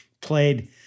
played